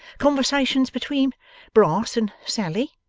conversations between brass and sally